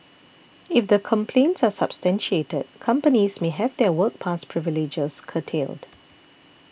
if the complaints are substantiated companies may have their work pass privileges curtailed